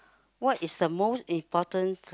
what is the most important